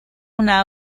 una